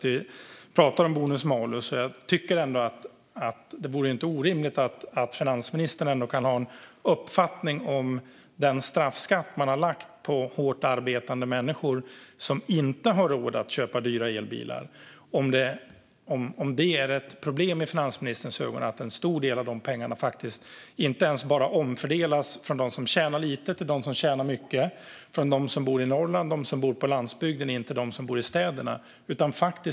Vi talar om bonus-malus, och jag tycker att det inte vore orimligt att finansministern har en uppfattning om den straffskatt som man har lagt på hårt arbetande människor som inte har råd att köpa dyra elbilar. Jag undrar om det är ett problem i finansministerns ögon att de här pengarna faktiskt inte bara omfördelas från dem som tjänar lite till dem som tjänar mycket och från dem som bor i Norrland och på landsbygden in till dem som bor i städerna.